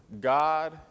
God